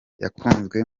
yakunzwe